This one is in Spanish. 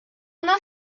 nos